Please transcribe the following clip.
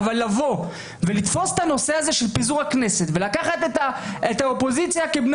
לבוא ולתפוס את הנושא הזה של פיזור הכנסת ולקחת את האופוזיציה כבני